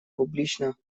публично